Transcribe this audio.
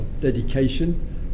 dedication